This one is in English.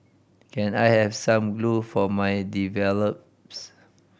can I have some glue for my develops